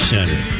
Center